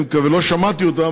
לא שמעתי אותם,